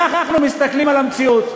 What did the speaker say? אנחנו מסתכלים על המציאות,